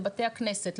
לבתי הכנסת,